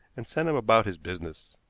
and sent him about his business.